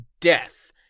death